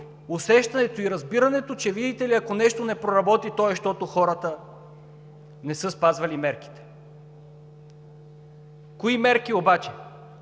усещането и разбирането, че, видите ли, ако нещо не проработи, то е, защото хората не са спазвали мерките! Кои мерки обаче?